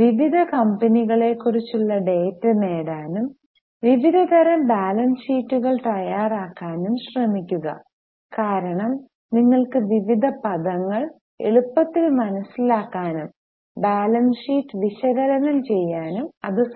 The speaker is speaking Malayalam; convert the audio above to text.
വിവിധ കമ്പനികളെക്കുറിച്ചുള്ള ഡാറ്റ നേടാനും വിവിധ തരം ബാലൻസ് ഷീറ്റുകൾ തയ്യാറാക്കാനും ശ്രമിക്കുക കാരണം നിങ്ങൾക്ക് വിവിധ പദങ്ങൾ എളുപ്പത്തിൽ മനസിലാക്കാനും ബാലൻസ് ഷീറ്റ് വിശകലനം ചെയ്യാനും